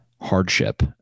hardship